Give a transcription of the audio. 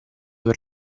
per